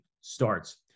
starts